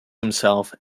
himself